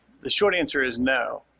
the short answer is no,